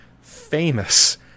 famous